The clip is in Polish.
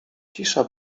cisza